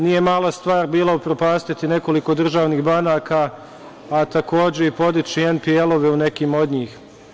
Nije mala stvar bila upropastiti nekoliko državnih banaka, a takođe i podići MPL-ove u nekim od njih.